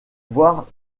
voire